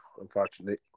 unfortunately